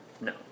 No